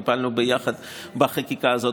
טיפלנו ביחד בחקיקה הזאת,